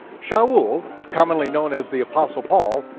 saul, commonly known as the apostle paul,